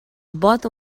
both